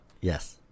Yes